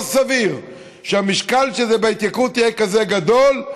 לא סביר שהמשקל של זה בהתייקרות יהיה כזה גדול,